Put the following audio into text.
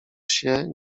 się